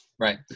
Right